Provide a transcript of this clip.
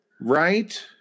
Right